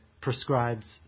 prescribes